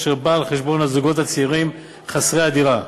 אשר בא על חשבון הזוגות הצעירים חסרי הדירה.